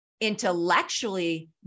intellectually